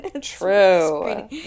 True